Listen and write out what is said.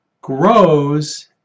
grows